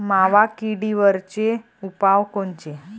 मावा किडीवरचे उपाव कोनचे?